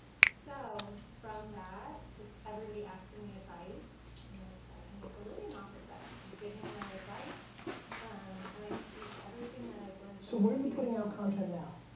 so from that, just everybody asking me advice. i'm like i could make a living off of this. giving my advice and and i just used everything that i've learned. so where are you putting out content now?